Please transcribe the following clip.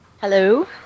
Hello